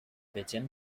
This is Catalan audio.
vegem